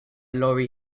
laurie